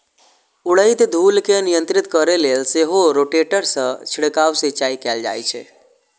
उड़ैत धूल कें नियंत्रित करै लेल सेहो रोटेटर सं छिड़काव सिंचाइ कैल जाइ छै